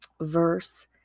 verse